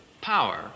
power